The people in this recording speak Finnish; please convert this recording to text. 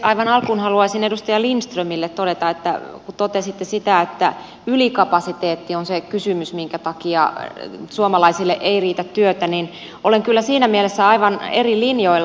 aivan alkuun haluaisin edustaja lindströmille todeta kun totesitte niin että ylikapasiteetti on se kysymys minkä takia suomalaisille ei riitä työtä että olen kyllä siinä mielessä aivan eri linjoilla